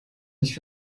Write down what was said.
nicht